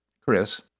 Chris